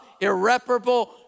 irreparable